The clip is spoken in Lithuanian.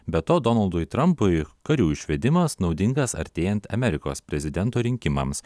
be to donaldui trampui karių išvedimas naudingas artėjant amerikos prezidento rinkimams